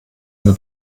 mir